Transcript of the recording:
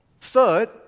Third